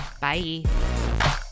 bye